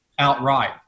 outright